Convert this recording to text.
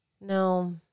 No